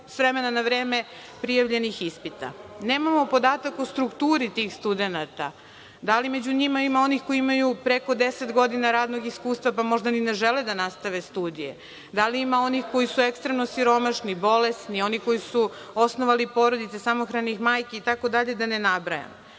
s vremena na vreme prijavljenih ispita. Nemamo podatak o strukturi tih studenata. Da li među njima ima onih koji imaju preko 10 godina radnog iskustva, pa možda ni ne žele da nastave studije, da li ima onih koji su ekstremno siromašni, bolesni, oni koji su osnovali porodice, samohranih majki itd. da ne nabrajam? Da